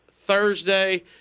Thursday